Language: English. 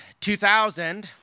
2000